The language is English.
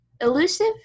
elusive